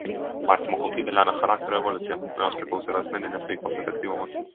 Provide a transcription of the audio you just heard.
mąstymo kokybė lemia charakterio evoliuciją nuo jos priklauso ir asmeninės veiklos efektyvumas